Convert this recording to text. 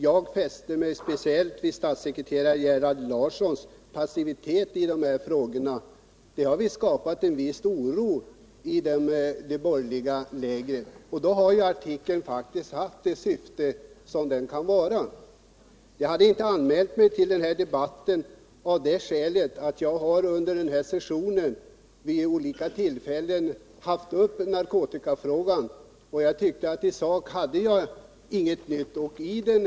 Jag noterar att statssekreterare Gerhard Larssons passivitet i dessa frågor har skapat en viss oro i det borgerliga lägret, och kanske har artikeln faktiskt fyllt en Nr 160 uppgift. Torsdagen den Jag hade inte anmält mig till denna debatt, eftersom jag vid flera tidigare 1 juni 1978 tillfällen under sessionen tagit upp narkotikafrågan och tyckte att jag i sak inte hade något nytt att tillägga.